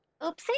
oopsie